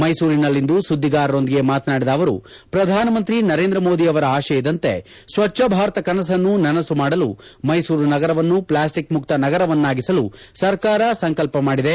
ಮೈಸೂರಿನಲ್ಲಿಂದು ಸುದ್ದಿಗಾರರೊಂದಿಗೆ ಮಾತನಾಡಿದ ಅವರು ಪ್ರಧಾನಮಂತ್ರಿ ನರೇಂದ್ರ ಮೋದಿ ಅವರ ಆಶಯದಂತೆ ಸ್ವಚ್ಛ ಭಾರತ ಕನಸನ್ನು ನನಸು ಮಾಡಲು ಮೈಸೂರು ನಗರವನ್ನು ಪ್ಲಾಸ್ಟಿಕ್ ಮುಕ್ತ ನಗರವನ್ನಾಗಿಸಲು ಸರ್ಕಾರ ಸಂಕಲ್ಪ ಮಾಡಿದೆ